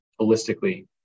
holistically